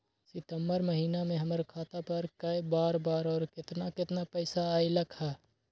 सितम्बर महीना में हमर खाता पर कय बार बार और केतना केतना पैसा अयलक ह?